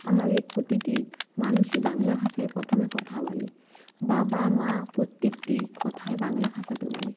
আমাদের প্রতিটি মানুষই বাংলা ভাষায় প্রথমে কথা বলে বাবা মা প্রত্যেকটি কথাই বাংলা ভাষাতে বলে